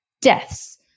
deaths